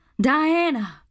Diana